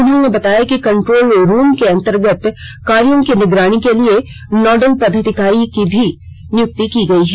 उन्होंने बताया कि कंट्रोल रूम के अंतर्गत कार्यों की निगरानी के लिए नोडल पदाधिकारी को भी प्रतिनियुक्त किया गया है